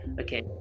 okay